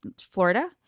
Florida